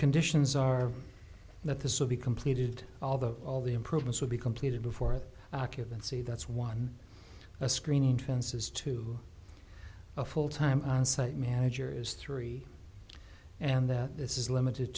conditions are that this will be completed all the all the improvements will be completed before the occupancy that's one screening trances to a full time on site manager is three and that this is limited